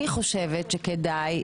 אני חושבת שכדאי,